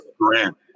Grant